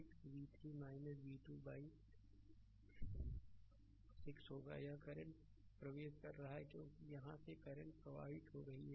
6 v3 v2 by होगा यह current प्रवेश कर रहा है क्योंकि यहां से करंट प्रवाहित हो रहा है